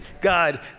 God